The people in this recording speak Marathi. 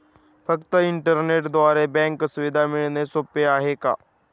फक्त इंटरनेटद्वारे बँक सुविधा मिळणे सोपे आहे का?